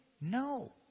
No